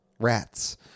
rats